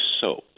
soap